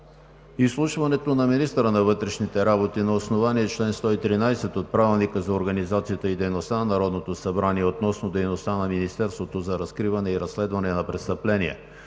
изслушването на министъра на вътрешните работи на основание чл. 113 от Правилника за организацията и дейността на Народното събрание относно дейността на Министерството за разкриване и разследване на престъпления,